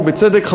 ובצדק,